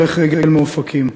הורג רגל מאופקים.